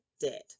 debt